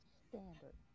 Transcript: standard